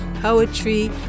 poetry